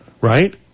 right